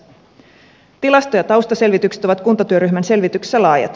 tilasto ja taustaselvitykset ovat kuntatyöryhmän selvityksessä laajat